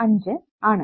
5 ആണ്